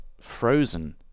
frozen